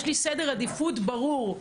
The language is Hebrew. יש לי סדר עדיפות ברור.